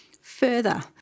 further